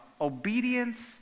obedience